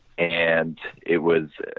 and it was